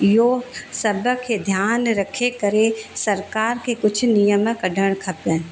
इहो सभ खे ध्यानु रखे करे सरकार खे कुझु नियम कढणु खपनि